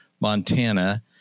Montana